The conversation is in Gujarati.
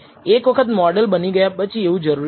એક વખત મોડલ બની ગયા પછી એવું જરૂરી નથી